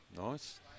nice